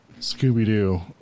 Scooby-Doo